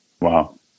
Wow